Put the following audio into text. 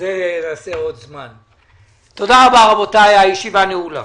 תודה רבה רבותי, הישיבה נעולה.